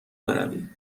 بروی